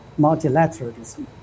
multilateralism